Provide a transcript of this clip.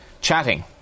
chatting